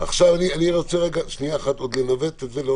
אני רוצה שנייה אחת עוד לנווט את זה.